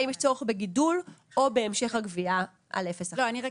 האם יש צורך בגידול או בהמשך לגבייה על 0.1. אני רק